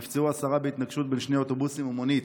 נפצעו עשרה בהתנגשות בין שני אוטובוסים למונית.